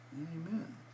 amen